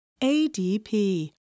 ADP